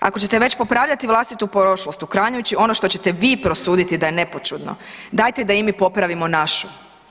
Ako ćete već popravljati vlastitu prošlost uklanjajući ono što ćete vi prosuditi da je nepočudno, dajte da i mi popravimo našu.